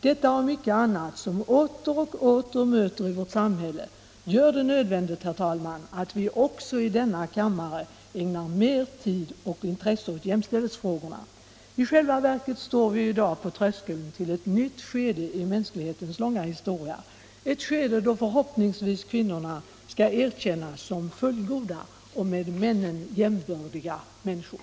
Detta och mycket annat som åter och åter möter i vårt samhälle gör det nödvändigt, herr talman, att vi också i denna kammare ägnar mera tid och intresse åt jämställdhetsfrågorna. I själva verket står vi i dag på tröskeln till ett nytt skede i mänsklighetens långa historia, ett skede då förhoppningsvis kvinnorna skall erkännas som fullgoda och med männen jämbördiga människor.